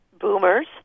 Boomers